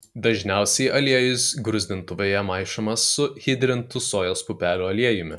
dažniausiai aliejus gruzdintuvėje maišomas su hidrintu sojos pupelių aliejumi